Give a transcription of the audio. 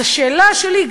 אז השאלה שלי,